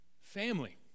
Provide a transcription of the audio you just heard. Family